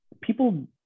people